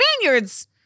Spaniards